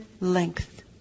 length